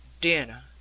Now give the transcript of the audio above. dinner